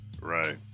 right